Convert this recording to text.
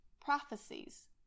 prophecies